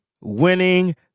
winning